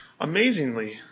Amazingly